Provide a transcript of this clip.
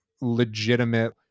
legitimate